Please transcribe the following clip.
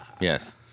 Yes